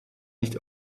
nicht